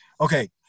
okay